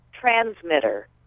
transmitter